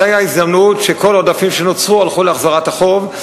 זאת היתה הזדמנות שכל העודפים שנוצרו הלכו להחזרת החוב,